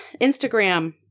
Instagram